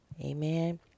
Amen